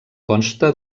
consta